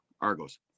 Argos